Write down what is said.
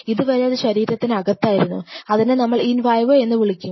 ഇതുവരെ അത് ശരീരത്തിന് അകത്തായിരുന്നു അതിനെ നമ്മൾ ഇൻ വൈവോ എന്ന് വിളിക്കും